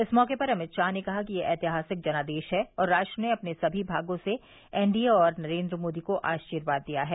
इस मौके पर अमित शाह ने कहा कि यह ऐतिहासिक जनादेश है और राष्ट्र ने अपने सभी भागों से एनडीए और नरेंद्र मोदी को आशीर्वाद दिया है